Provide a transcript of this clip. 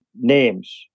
names